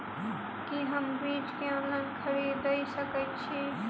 की हम बीज केँ ऑनलाइन खरीदै सकैत छी?